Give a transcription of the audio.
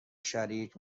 شریک